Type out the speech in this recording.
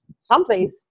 someplace